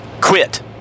quit